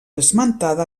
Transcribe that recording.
esmentada